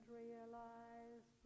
realize